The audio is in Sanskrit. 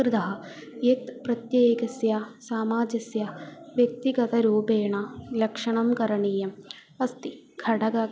कृतः यत् प्रत्येकस्य समाजस्य व्यक्तिगतरूपेण लक्षणं करणीयम् अस्ति खडग